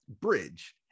bridge